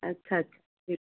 ਅੱਛਾ ਅੱਛਾ ਠੀਕ